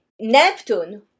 Neptune